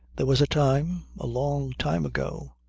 there was a time, a long time ago,